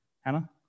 Hannah